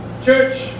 Church